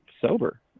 sober